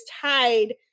tied